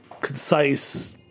concise